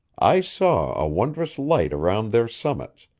i saw a wondrous light around their summits,